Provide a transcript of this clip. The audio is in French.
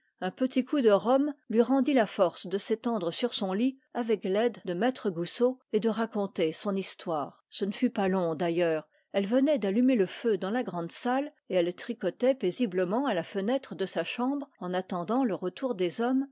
un petit coup de rhum lui rendit la force de s'étendre sur son lit avec l'aide de maître goussot et de raconter son histoire ce ne fut pas long d'ailleurs elle venait d'allumer le feu dans la grande salle et elle tricotait paisiblement à la fenêtre de sa chambre en attendant le retour des hommes